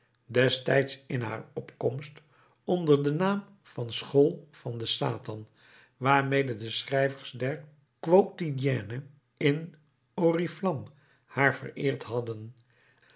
destijds in haar opkomst onder den naam van school van den satan waarmede de schrijvers der quotidienne in oriflamme haar vereerd hadden